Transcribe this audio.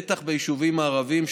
בטח ביישובים הערביים,